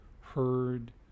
heard